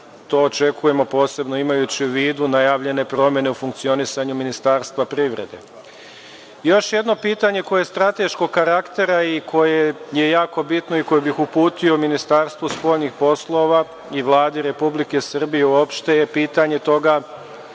To očekujemo posebno imajući u vidu najavljene promene u funkcionisanju Ministarstva privrede. Još jedno pitanje koje je strateškog karaktera i koje je jako bitno i koje bih uputio Ministarstvu spoljnih poslova i Vladi Republike Srbije uopšte je pitanje toga